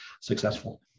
successful